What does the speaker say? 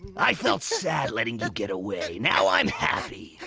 i felt sad letting you get away. now, i'm happy.